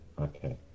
Okay